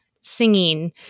singing